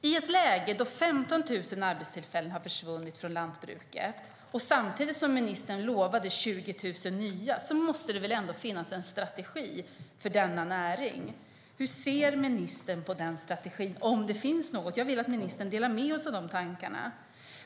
I ett läge då 15 000 arbetstillfällen har försvunnit i lantbruket, samtidigt som ministern lovade 20 000 nya, måste det väl ändå finnas en strategi för denna näring? Hur ser ministern på den strategin, om det nu finns någon? Jag vill att ministern delar med sig av de tankarna.